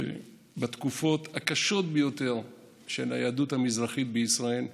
שבתקופות הקשות ביותר של היהדות המזרחית בישראל,